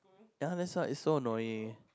yeah that's why is so annoying